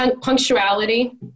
punctuality